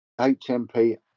HMP